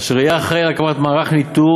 אשר יהיה אחראי על הקמת מערך ניטור